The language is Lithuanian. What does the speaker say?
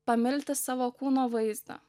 pamilti savo kūno vaizdą